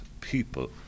people